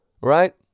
right